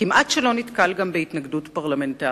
וכמעט שלא נתקל בהתנגדות פרלמנטרית.